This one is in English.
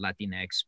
Latinx